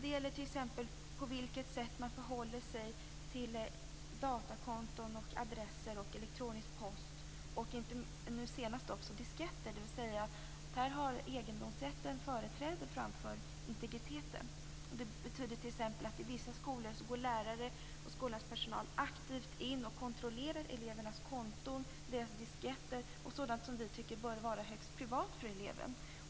Det gäller t.ex. på vilket sätt man förhåller sig till datakonton, adresser, elektronisk post och nu senast även disketter. Där har egendomsrätten företräde framför integriteten. Det betyder t.ex. att lärare och personal i vissa skolor aktivt går in och kontrollerar elevernas konton, deras disketter och sådant som vi tycker bör vara högst privat för eleven.